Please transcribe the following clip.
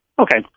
okay